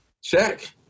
Check